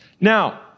Now